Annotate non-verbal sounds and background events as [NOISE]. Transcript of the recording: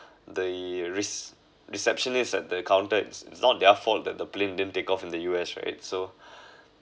the rece~ receptionist at the counter it's not their fault that the plane didn't take off in the U_S right so [BREATH]